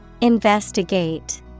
Investigate